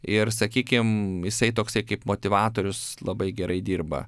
ir sakykim jisai toks kaip motyvatorius labai gerai dirba